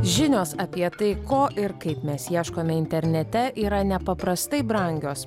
žinios apie tai ko ir kaip mes ieškome internete yra nepaprastai brangios